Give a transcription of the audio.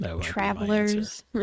Travelers